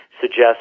suggest